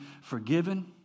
forgiven